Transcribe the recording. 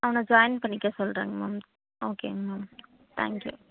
அவனை ஜாயின் பண்ணிக்க சொல்கிறேங் மேம் ஓகேங்க மேம் தேங்க்யூ